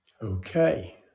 Okay